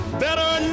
better